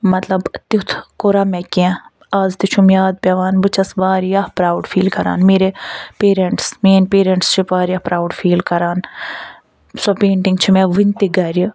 مطلب تیٛتھ کورا مےٚ کیٚنٛہہ آز تہِ چھُم یاد پیٚوان بہٕ چھَس واریاہ پرٛاوٕڈ فیٖل کران میرے پیریٚنٹٕس میٛٲنۍ پیریٚنٹٕس چھِ واریاہ پرٛاوٕڈ فیٖل کران سۄ پینٹِنٛگ چھِ مےٚ وُنہِ تہِ گھرِ